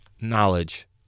knowledge